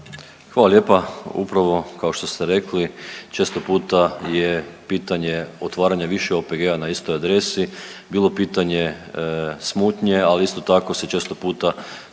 Hvala lijepa. Upravo kao što ste rekli često puta je pitanje otvaranje više OPG-a na istoj adresi, bilo pitanje smutnje, ali isto tako se često puta